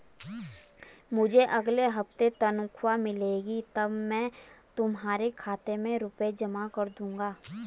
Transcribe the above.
मुझे अगले हफ्ते तनख्वाह मिलेगी तब मैं तुम्हारे खाते में रुपए जमा कर दूंगा